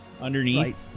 underneath